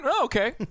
Okay